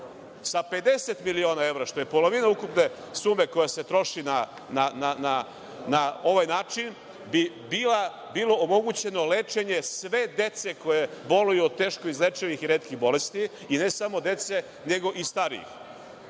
Sa 50 miliona evra, što je polovina ukupne sume koja se troši na ovaj način, bilo bi omogućeno lečenje sve dece koja boluju od teško izlečivih i retkih bolesti, i ne samo dece, nego i starijih. Ovo